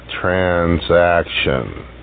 transaction